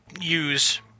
use